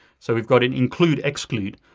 so we've got an include exclude.